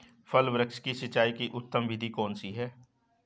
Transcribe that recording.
फल वृक्ष की सिंचाई की उत्तम विधि कौन सी है?